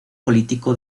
político